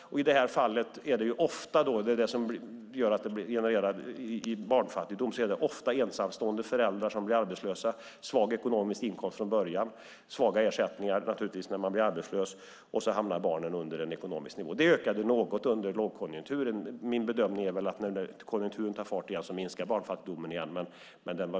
Ofta är det ensamstående föräldrar som blir arbetslösa, och det är det som genererar barnfattigdom: Man har svag inkomst från början och får naturligtvis svaga ersättningar när man blir arbetslös, och så hamnar barnen under en viss ekonomisk nivå. Detta ökade något under lågkonjunkturen. Min bedömning är att när konjunkturen tar fart igen minskar barnfattigdomen.